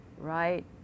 right